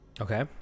Okay